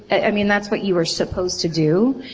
i mean that's what you were supposed to do.